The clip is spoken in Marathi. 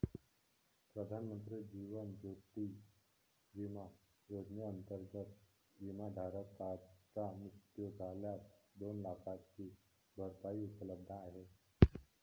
प्रधानमंत्री जीवन ज्योती विमा योजनेअंतर्गत, विमाधारकाचा मृत्यू झाल्यास दोन लाखांची भरपाई उपलब्ध आहे